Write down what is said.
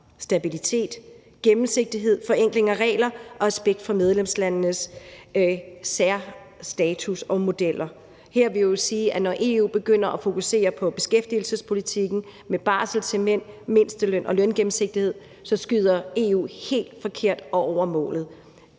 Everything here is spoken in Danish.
stabilitet, gennemsigtighed, forenkling af regler og respekt for medlemslandenes særstatus og modeller. Her vil jeg jo sige, at når EU begynder at fokusere på beskæftigelsespolitikken med barsel til mænd, mindsteløn og løngennemsigtighed, så skyder EU helt forkert og over målet.